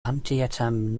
antietam